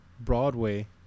Broadway